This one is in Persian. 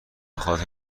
خاطر